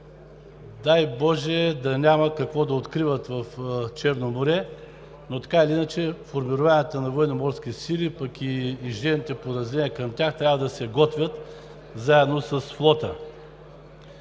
Дай боже, да няма какво да откриват в Черно море, но така или иначе, формированията на Военноморските, пък и инженерните подразделения към тях, трябва да се готвят заедно с флота.